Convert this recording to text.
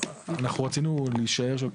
אנחנו רצינו להישאר שם,